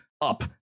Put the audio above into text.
up